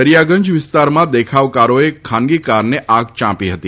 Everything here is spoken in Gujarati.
દરિયાગંજ વિસ્તારમાં દેખાવકારોએ એક ખાનગી કારને આગ ચાંપી હતી